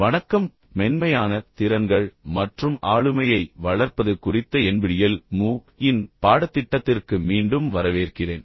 வணக்கம் மென்மையான திறன்கள் மற்றும் ஆளுமையை வளர்ப்பது குறித்த NPTEL MOOC இன் பாடத்திட்டத்திற்கு மீண்டும் வரவேற்கிறேன்